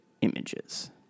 images